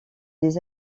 des